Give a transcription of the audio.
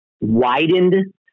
widened